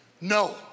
no